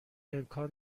امکان